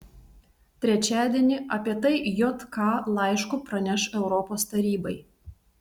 trečiadienį apie tai jk laišku praneš europos tarybai